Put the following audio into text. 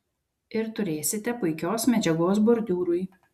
ir turėsite puikios medžiagos bordiūrui